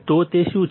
તો તે શું છે